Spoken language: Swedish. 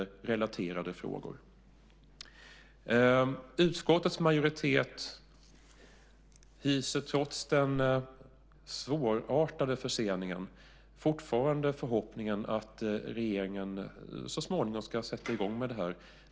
Utskottets majoritet hyser trots den svårartade förseningen fortfarande förhoppningen att regeringen så småningom ska sätta i gång med detta.